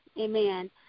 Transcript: amen